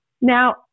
Now